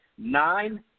Nine